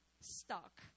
stuck